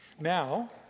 Now